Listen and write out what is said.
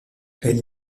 elle